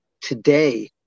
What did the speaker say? today